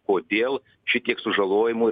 kodėl šitiek sužalojimų